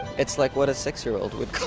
it's like what a six-year-old would